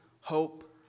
hope